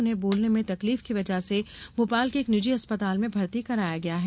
उन्हें बोलने में तकलीफ की वजह से भोपाल के एक निजी अस्पताल में भर्ती कराया गया है